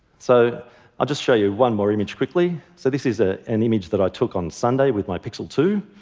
so i'll just show you one more image quickly. so this is an ah and image that i took on sunday with my pixel two.